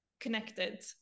Connected